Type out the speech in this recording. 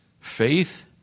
faith